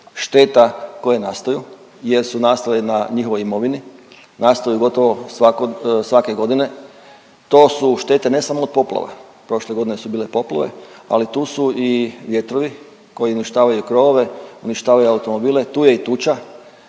šteta koje nastaju jer su nastale na njihovoj imovini, nastaju gotovo svako… svake godine. To su štete ne samo od poplava, prošle godine su bile poplave, ali tu su i vjetrovi koji uništavaju krovove, uništavaju automobile, tu je i tuča,